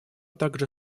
также